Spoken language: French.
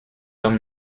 homme